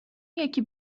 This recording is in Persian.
یکی